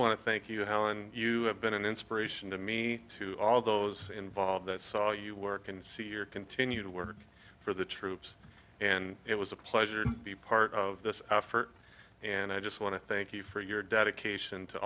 want to thank you helen you have been an inspiration to me to all those involved that saw you work and see your continued word for the troops and it was a pleasure to be part of this effort and i just want to thank you for your dedication to